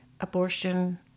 abortion